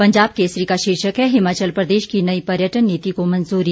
पंजाब केसरी का शीर्षक है हिमाचल प्रदेश की नई पर्यटन नीति को मंजूरी